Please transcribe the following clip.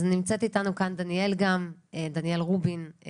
אז נמצאת איתנו כאן דניאל גם, דניאל רובין.